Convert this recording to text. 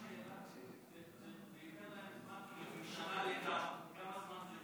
אפשר רק שאלה, כמה זמן,